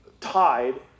tied